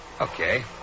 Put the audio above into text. Okay